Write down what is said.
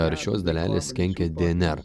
ar šios dalelės kenkia dnr